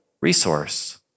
resource